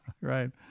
Right